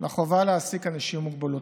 לחובה להעסיק אנשים עם מוגבלות.